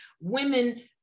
women